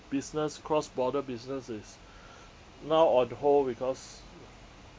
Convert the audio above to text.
business cross border business is now on hold because